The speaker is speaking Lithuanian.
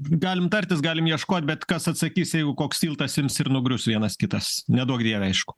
galim tartis galim ieškot bet kas atsakys jeigu koks tiltas ims ir nugrius vienas kitas neduok dieve aišku